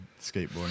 skateboarding